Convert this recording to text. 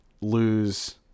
lose